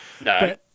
No